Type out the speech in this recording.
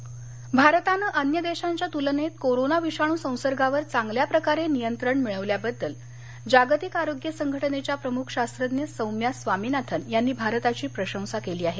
स्वामीनाथन भारतानं अन्य देशांच्या तुलनेत कोरोना विषाणू संसर्गावर चांगल्या प्रकारे नियंत्रण मिळवल्याबद्दल जागतिक आरोग्य संघटनेच्या प्रमुख शास्त्रज्ञ सौम्या स्वामीनाथन यांनी भारताची प्रशंसा केली आहे